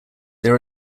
there